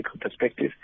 perspective